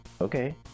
Okay